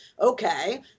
okay